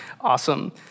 Awesome